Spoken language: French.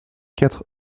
quatre